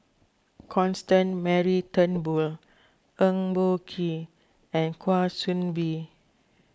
Constance Mary Turnbull Eng Boh Kee and Kwa Soon Bee